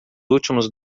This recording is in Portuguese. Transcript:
últimos